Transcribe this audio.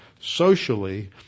socially